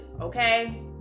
Okay